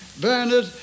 Bernard